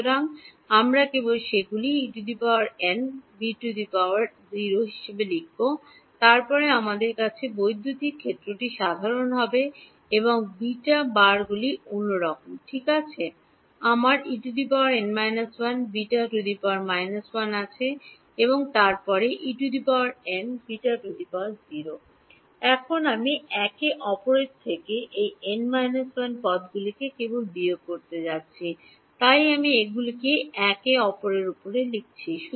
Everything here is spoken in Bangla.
সুতরাং আমরা কেবল সেগুলি হিসাবে লিখব তারপরে আমার কাছে বৈদ্যুতিক ক্ষেত্রটি সাধারণ হবে এবং বিটা বারগুলি অন্যরকম ঠিক আছে আমার আছে এবং তারপরে এখন আমি একে অপরের থেকে এই n 1 পদগুলিকে কেবল বিয়োগ করতে যাচ্ছি তাই আমি এগুলিকে একে অপরের উপরে লিখেছি